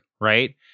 right